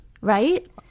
right